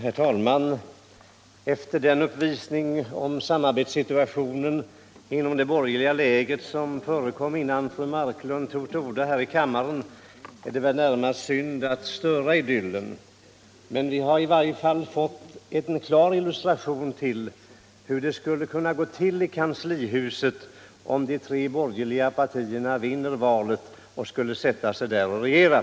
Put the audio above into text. Herr talman! Efter den uppvisning av samarbetssituationen inom det borgerliga lägret som förekom innan fru Marklund tog till orda här i kammaren är det närmast synd att störa idyllen. Vi har i varje fall fått en klar illustration av hur det skulle kunna gå till i kanslihuset, om de tre borgerliga partierna vinner valet och skall sätta sig där och regera.